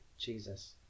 Jesus